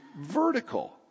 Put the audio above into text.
vertical